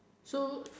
so